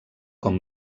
com